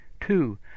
Two